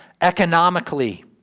economically